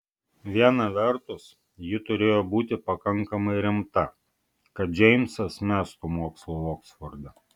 viena vertus ji turėjo būti pakankamai rimta kad džeimsas mestų mokslą oksforde